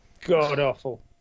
God-awful